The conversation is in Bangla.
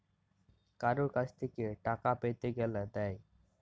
কারুর কাছ থেক্যে টাকা পেতে গ্যালে দেয়